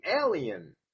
alien